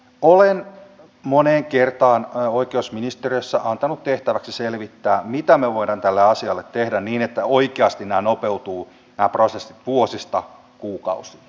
olen moneen kertaan oikeusministeriössä antanut tehtäväksi selvittää mitä me voimme tälle asialle tehdä niin että oikeasti nämä prosessit nopeutuvat vuosista kuukausiin